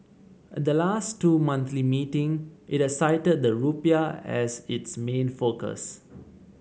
at the last two monthly meeting it has cited the rupiah as its main focus